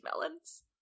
melons